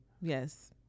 Yes